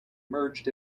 merged